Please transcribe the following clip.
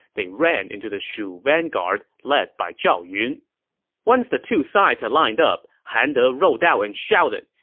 they ran into the shu vanguard led by zhao yun once the two sides had lined up, han de rode out and shouted,